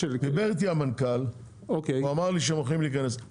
דיבר איתי המנכ"ל והוא אמר לי שהם הולכים להיכנס לזה.